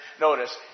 notice